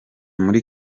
muri